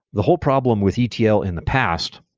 the whole problem with etl in the past,